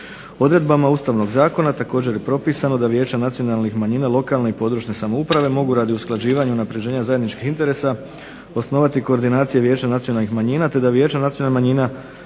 Odredbama Ustavnog zakona također je propisano da vijeća nacionalnih manjina lokalne i područne samouprave mogu radi usklađivanja i unapređenja zajedničkih interesa osnovati koordinacije vijeća nacionalnih manjina te da vijeća nacionalnih manjina